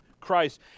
Christ